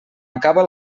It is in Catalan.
acaba